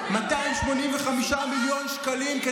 285 מיליון שקלים,